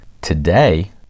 Today